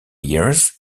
years